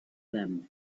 them